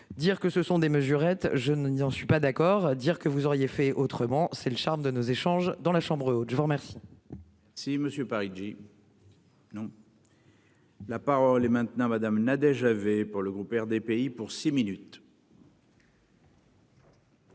Dire que ce sont des mesurettes je ne disant je suis pas d'accord, dire que vous auriez fait autrement. C'est le charme de nos échanges dans la chambre haute. Je vous remercie. Si Monsieur Paris dit. Non. La parole est maintenant madame Nadège avait pour le groupe RDPI pour six minutes.